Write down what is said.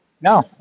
no